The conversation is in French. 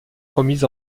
remises